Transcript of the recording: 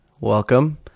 welcome